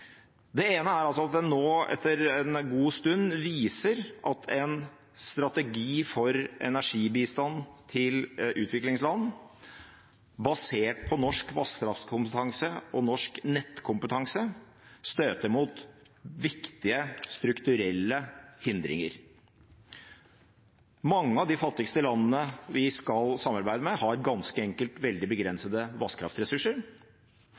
ene er at en nå – etter en god stund – viser at en strategi for energibistand til utviklingsland basert på norsk vannkraftkompetanse og norsk nettkompetanse støter mot viktige strukturelle hindringer. Mange av de fattigste landene vi skal samarbeide med, har ganske enkelt veldig begrensede